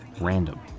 random